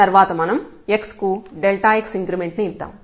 తర్వాత మనం x కు x ఇంక్రిమెంట్ ని ఇద్దాం